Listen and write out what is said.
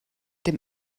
dem